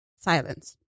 silence